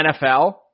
NFL